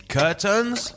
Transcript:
curtains